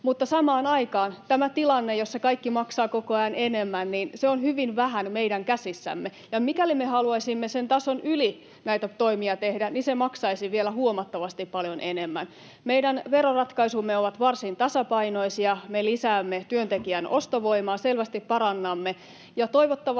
mutta samaan aikaan tämä tilanne, jossa kaikki maksaa koko ajan enemmän, on hyvin vähän meidän käsissämme, ja mikäli me haluaisimme sen tason yli näitä toimia tehdä, niin se maksaisi vielä huomattavasti paljon enemmän. Meidän veroratkaisumme ovat varsin tasapainoisia, me lisäämme työntekijän ostovoimaa, selvästi parannamme. Ja toivottavasti